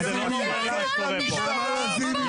אתם לא נותנים לה להעיד פה,